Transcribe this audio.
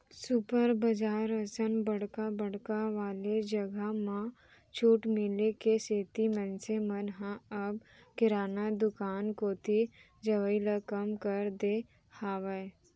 super बजार असन बड़का बड़का वाले जघा म छूट मिले के सेती मनसे मन ह अब किराना दुकान कोती जवई ल कम कर दे हावय